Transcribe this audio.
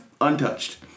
untouched